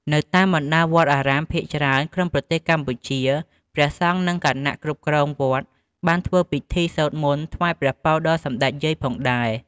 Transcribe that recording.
នៅតាមបណ្តាវត្តអារាមភាគច្រើនក្នុងប្រទេសកម្ពុជាព្រះសង្ឃនិងគណៈគ្រប់គ្រងវត្តបានធ្វើពិធីសូត្រមន្ត ថ្វាយព្រះពរដល់សម្តេចយាយផងដែរ។